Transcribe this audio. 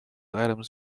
items